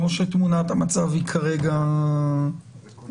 על פי תמונת המצב שכרגע בידינו,